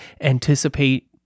anticipate